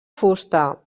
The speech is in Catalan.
fusta